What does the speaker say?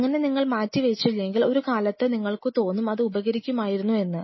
അങ്ങനെ നിങ്ങൾ മാറ്റിവെച്ചില്ലെങ്കിൽ ഒരു കാലത്തു നിങ്ങൾക്കു തോന്നും അത് ഉപകരിക്കുമായിരുന്നു എന്ന്